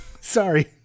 Sorry